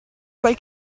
quel